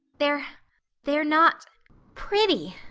they're they're not pretty,